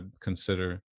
consider